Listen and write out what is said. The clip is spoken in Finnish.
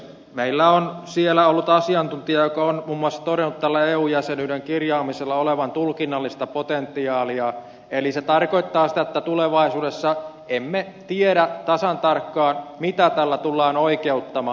meillä on siellä ollut asiantuntija joka on muun muassa todennut tällä eu jäsenyyden kirjaamisella olevan tulkinnallista potentiaalia eli se tarkoittaa sitä että tulevaisuudessa emme tiedä tasan tarkkaan mitä tällä tullaan oikeuttamaan